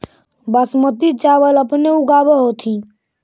बासमती चाबल अपने ऊगाब होथिं?